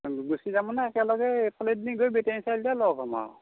গুচি যামনে একেলগে এইফালেদি গৈ বেটেনি চাৰিআলিতে লগ হ'ম আৰু